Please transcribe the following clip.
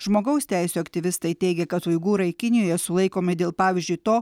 žmogaus teisių aktyvistai teigia kad uigūrai kinijoje sulaikomi dėl pavyzdžiui to